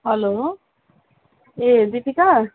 हलो ए दीपिका